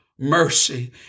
Mercy